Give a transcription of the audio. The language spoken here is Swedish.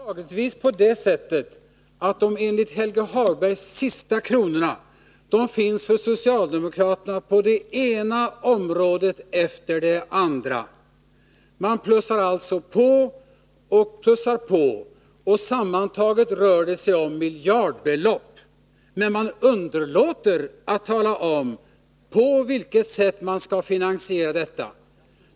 Herr talman! Det är beklagligtvis på det sättet, att de kronor som enligt Helge Hagberg är de sista, finns för socialdemokraterna på det ena området efter det andra. Man plussar alltså på och plussar på, och sammantaget rör det sig om miljardbelopp. Men man underlåter att tala om, på vilket sätt man skall finansiera detta.